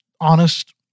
honest